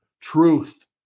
Truth